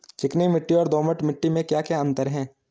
चिकनी मिट्टी और दोमट मिट्टी में क्या क्या अंतर है?